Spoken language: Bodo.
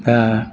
दा